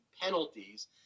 penalties